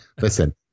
listen